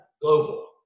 global